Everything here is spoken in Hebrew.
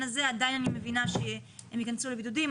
אני מבינה שהם ייכנסו לבידודים,